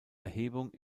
erhebung